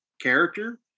character